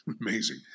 Amazing